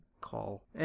call